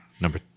number